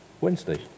Wednesday